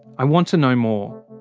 i want to know more.